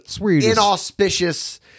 inauspicious